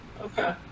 Okay